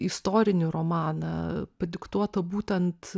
istorinį romaną padiktuotą būtent